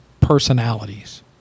personalities